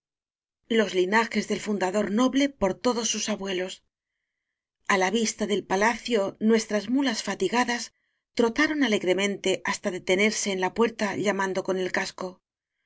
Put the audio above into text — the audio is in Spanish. los linajes del fundador noble por todos sus abuelos a la vista del palacio nuestras muías fatigadas trotaron alegremente hasta detenerse en la puerta llamando con el casco